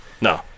No